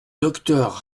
docteur